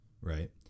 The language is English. right